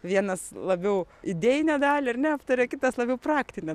vienas labiau idėjinę dalį ar ne aptarė kitas labiau praktinę